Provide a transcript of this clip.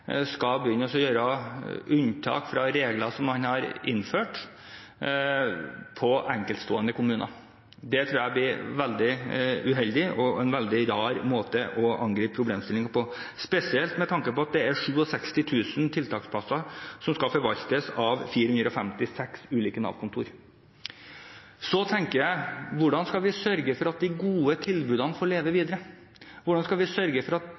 skal begynne å gjøre unntak fra regler som man har innført for enkeltstående kommuner. Det tror jeg er veldig uheldig og en veldig rar måte å angripe problemstillingen på, spesielt med tanke på at det er 67 000 tiltaksplasser som skal forvaltes av 456 ulike Nav-kontor. Så tenker jeg: Hvordan skal vi sørge for at de gode tilbudene får leve videre? Hvordan skal vi sørge for at